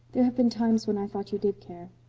there have been times when i thought you did care.